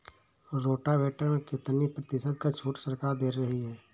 Rotavator में कितनी प्रतिशत का छूट सरकार दे रही है?